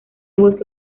bosque